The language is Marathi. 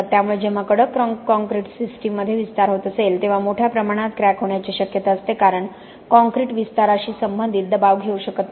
त्यामुळे जेव्हा कडक कॉंक्रिट सिस्टममध्ये विस्तार होत असेल तेव्हा मोठ्या प्रमाणात क्रॅक होण्याची शक्यता असते कारण कॉंक्रिट विस्ताराशी संबंधित दबाव घेऊ शकत नाही